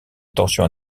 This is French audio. tensions